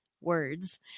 words